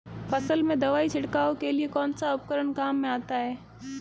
फसल में दवाई छिड़काव के लिए कौनसा उपकरण काम में आता है?